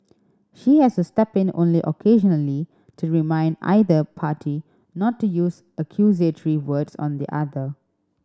she has to step in only occasionally to remind either party not to use accusatory words on the other